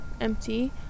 empty